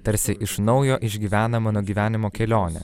tarsi iš naujo išgyvena mano gyvenimo kelionę